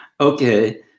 Okay